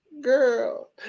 Girl